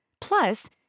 Plus